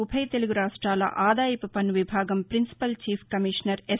ఉభయ తెలుగురాష్ట్రాల ఆదాయపు పన్ను విభాగం పిన్సిపల్ చీఫ్ కమిషనర్ ఎస్